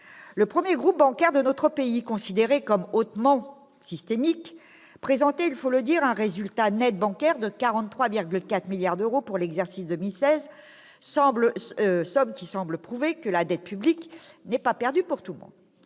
Le premier groupe bancaire de notre pays, considéré comme hautement systémique, présentait- il faut le dire -un résultat net bancaire de 43,4 milliards d'euros pour l'exercice 2016, somme qui semble prouver que la dette publique n'est pas perdue pour tout le monde